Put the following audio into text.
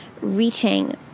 reaching